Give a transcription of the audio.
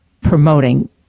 promoting